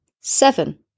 Seven